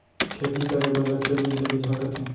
खेती करे बर रखे बीज ल बिजहा कथें